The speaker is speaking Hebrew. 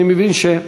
אני מבין,